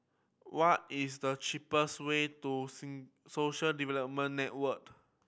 what is the cheapest way to Social Development Network